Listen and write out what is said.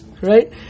right